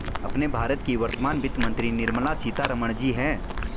अपने भारत की वर्तमान वित्त मंत्री निर्मला सीतारमण जी हैं